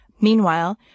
Meanwhile